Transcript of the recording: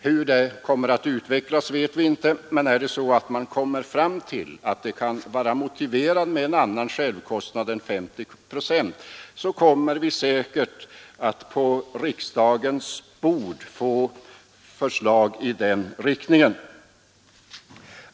Hur den kommer att utvecklas vet vi inte, men om verket skulle komma fram till att det kan vara motiverat med en annan självkostnadsandel än 50 procent kommer vi säkert att på riksdagens bord få förslag i den riktningen.